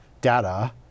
data